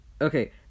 okay